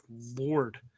Lord